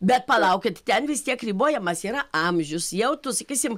bet palaukit ten vis tiek ribojamas yra amžius jau tu sakysim